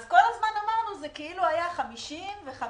כל הזמן אמרנו שזה 50 ו-50,